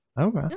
okay